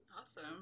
Awesome